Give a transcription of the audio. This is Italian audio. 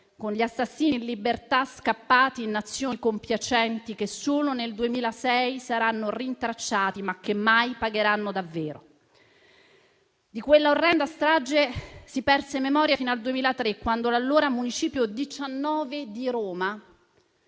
con gli assassini in libertà scappati in Nazioni compiacenti, che solo nel 2006 saranno rintracciati, ma che mai pagheranno davvero. Di quella orrenda strage si perse memoria fino al 2003, quando l'allora municipio XIX di Roma,